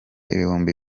ibihumbi